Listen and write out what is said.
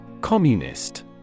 Communist